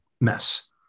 mess